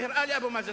והראה לאבו מאזן,